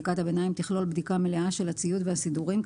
בדיקת הביניים תכלול בדיקה מלאה של הציוד והסידורים,